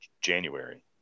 january